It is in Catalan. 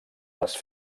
les